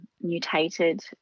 mutated